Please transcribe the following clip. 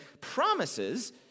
promises